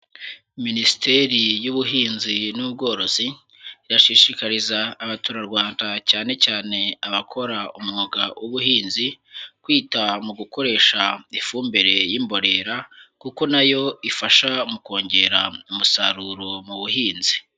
Minisiteri y'Ubuhinzi n'Ubworozi irashishikariza abaturarwanda cyane cyane abakora umwuga w'ubuhinzi, kwita mu gukoresha ifumbire y'imborera kuko na yo ifasha mu kongera umusaruro mu buhinzi.